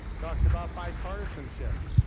talks about bipartisanship.